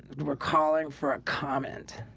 were calling for a comment?